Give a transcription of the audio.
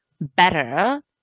better